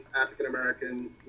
African-American